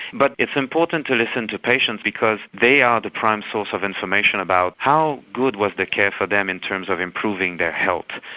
but it's important to listen to patients because they are the prime source of information about how good was the care for them in terms of improving their health.